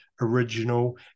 original